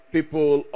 people